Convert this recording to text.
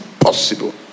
possible